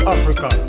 Africa